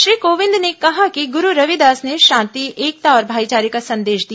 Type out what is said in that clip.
श्री कोविंद ने कहा कि गुरु रविदास ने शांति एकता और भाईचारे का संदेश दिया